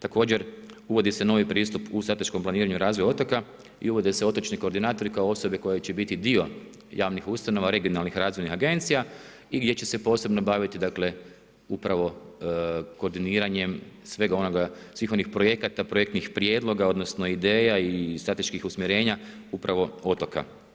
Također uvodi se novi pristup u strateškom planiranju razvoja otoka i uvode se otočni koordinatori kao osobe koje će biti dio javnih ustanova, regionalnih razvojnih agencije i gdje će se posebno baviti dakle, upravo koordiniranjem svega onoga, svih onih projekata, projektnih prijedloga, odnosno ideja i strateških usmjerenja upravo otoka.